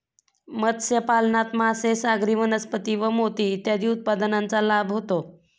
मत्स्यपालनात मासे, सागरी वनस्पती व मोती इत्यादी उत्पादनांचा लाभ होतो